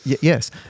Yes